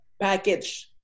package